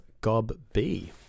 GOB-B